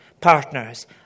partners